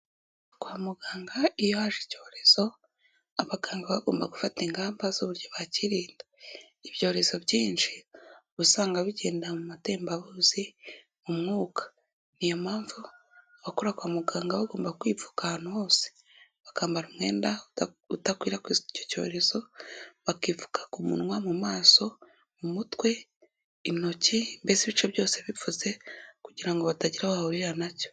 Kwa muganga iyo haje icyorezo, abaganga baba bagomba gufata ingamba z'uburyo bakirinda. Ibyorezo byinshi, usanga bigenda mu matembabuzi, mu mwuka; ni yo mpamvu abakora kwa muganga baba bagomba kwipfuka ahantu hose. Bakambara umwenda udakwirakwiza icyo cyorezo, bakipfuka ku munwa, mu maso, mu mutwe, intoki, mbese ibice byose bipfutse, kugira ngo batagira aho bahurira na cyo.